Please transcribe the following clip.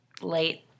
late